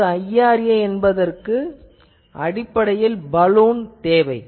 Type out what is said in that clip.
இப்போது IRA என்பதற்கு அடிப்படையில் பலூன் தேவை